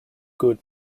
good